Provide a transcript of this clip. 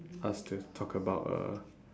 us to talk about a